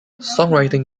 songwriting